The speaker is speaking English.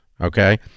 Okay